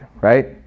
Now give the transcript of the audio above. right